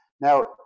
Now